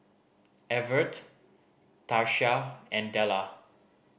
Evertt Tarsha and Della